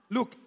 Look